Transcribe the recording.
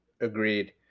Agreed